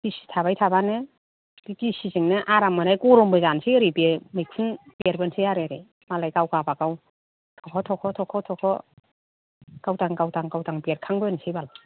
गिसि थाबायथाबानो बे गिसिजोंनो आराम मोनो गरमबो जानोसै ओरै बे मैखुन बेरबोनोसै आरो ओरै मालाय गाव गाबागाव थ'ख' थ'ख' गावदां गावदां गावदां बेरखांबोनोसै बाल